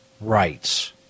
rights